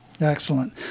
Excellent